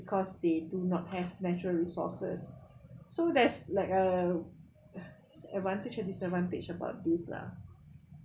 because they do not have natural resources so there's like a advantage or disadvantage about this lah